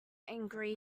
angry